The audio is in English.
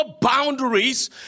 boundaries